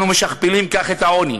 אנחנו משכפלים כך את העוני,